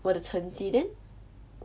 我的成绩 then